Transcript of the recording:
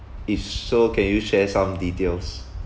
if so can you share some details